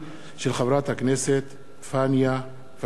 של חברת הכנסת פניה קירשנבאום.